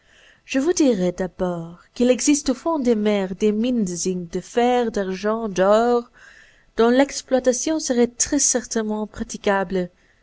je vous dirai d'abord qu'il existe au fond des mers des mines de zinc de fer d'argent d'or dont l'exploitation serait très certainement praticable